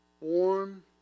Warm